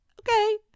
okay